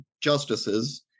justices